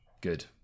Good